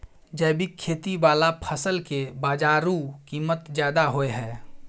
जैविक खेती वाला फसल के बाजारू कीमत ज्यादा होय हय